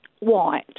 white